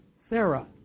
Sarah